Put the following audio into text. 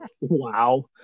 Wow